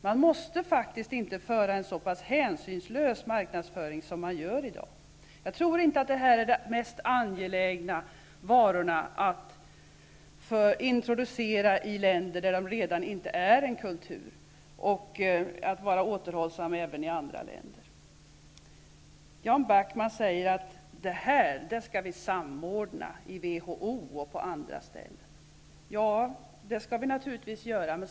Man måste inte föra en så hänsynslös marknadsföring som sker i dag. Jag tror inte att detta är de mest angelägna varorna att introducera i länder där de inte redan är en kultur. Jag tror också att man skall vara återhållsam även i andra länder. Jan Backman säger att vi skall samordna reglerna i WHO och på andra ställen. Det skall vi naturligtvis göra.